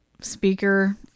speaker